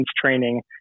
training